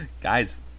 guys